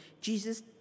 Jesus